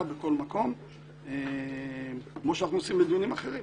בכל מקום כמו שאנחנו עושים בדיונים אחרים.